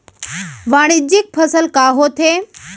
वाणिज्यिक फसल का होथे?